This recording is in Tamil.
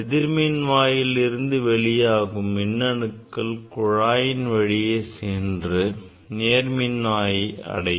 எதிர்மின்வாயில இருந்து வெளியாகும் மின்னணுக்கள் குழாயின் வழியே சென்று நேர்மின்வாயை அடையும்